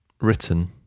written